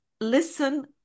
listen